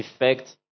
effect